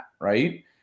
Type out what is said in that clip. right